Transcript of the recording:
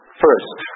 first